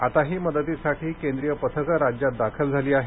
आताही मदतीसाठी केंद्रीय पथकं राज्यात दाखल झाली आहेत